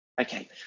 okay